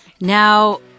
Now